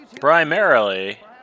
Primarily